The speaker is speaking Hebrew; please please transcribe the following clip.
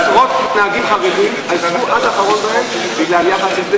עשרות נהגים חרדים עזבו עד האחרון בהם בגלל יחס.